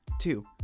Two